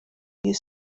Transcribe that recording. you